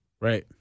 right